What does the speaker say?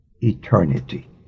eternity